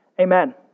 Amen